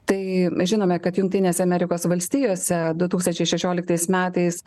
tai žinome kad jungtinėse amerikos valstijose du tūkstančiai šešioliktaiss metais